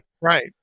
right